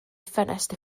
ffenest